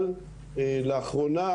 אבל לאחרונה